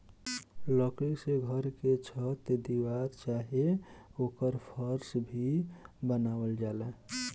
लकड़ी से घर के छत दीवार चाहे ओकर फर्स भी बनावल जाला